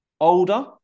older